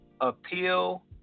Appeal